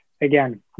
again